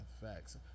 Facts